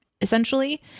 essentially